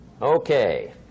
Okay